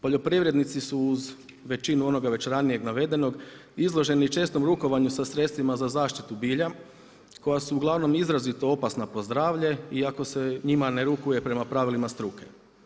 Poljoprivrednici su uz većinu onoga već ranije navedenog, izloženi čestom rukovanju sa sredstvima za zaštitu bilja koja su uglavnom izrazito opasna po zdravlje i ako se njima ne rukuje prema pravilima struke.